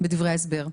בדברי ההסבר.